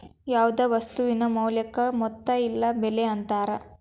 ಯಾವ್ದ್ ವಸ್ತುವಿನ ಮೌಲ್ಯಕ್ಕ ಮೊತ್ತ ಇಲ್ಲ ಬೆಲೆ ಅಂತಾರ